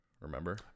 Remember